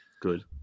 good